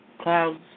clouds